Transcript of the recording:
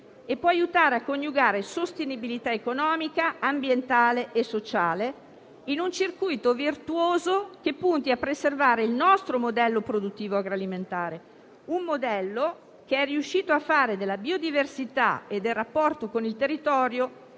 e può aiutare a coniugare sostenibilità economica, ambientale e sociale in un circuito virtuoso che punti a preservare il nostro modello produttivo agroalimentare, che è riuscito a fare della biodiversità e del rapporto con il territorio